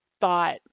thought